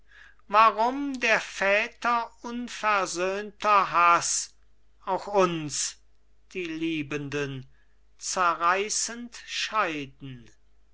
warum der väter unversöhnter haß auch uns die liebenden zerreißend scheiden